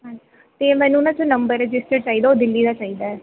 ਹਾਂ ਅਤੇ ਮੈਨੂੰ ਨਾ ਸਰ ਨੰਬਰ ਰਜਿਸਟਰਡ ਚਾਹੀਦਾ ਉਹ ਦਿੱਲੀ ਦਾ ਚਾਹੀਦਾ ਹੈ